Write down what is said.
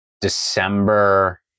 December